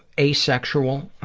asexual.